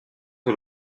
que